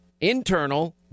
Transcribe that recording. internal